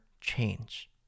change